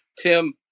Tim